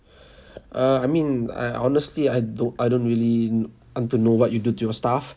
uh I mean I honestly I don't I don't really want to know what you do to your staff